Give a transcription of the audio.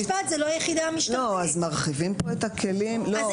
מרחיבים פה את הכלים.